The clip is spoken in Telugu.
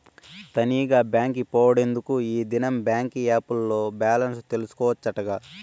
తనీగా బాంకి పోవుడెందుకూ, ఈ దినం బాంకీ ఏప్ ల్లో బాలెన్స్ తెల్సుకోవచ్చటగా